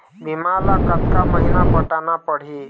बीमा ला कतका महीना पटाना पड़ही?